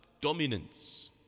dominance